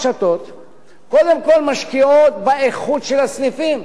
קודם כול משקיעות באיכות של הסניפים.